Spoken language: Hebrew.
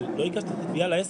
אבל לא הגשתם את התביעה לעסק,